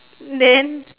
then